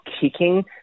kicking